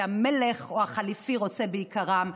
שהמלך או החליפי רוצה ביקרם,